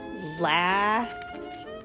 last